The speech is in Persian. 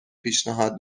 پیشنهاد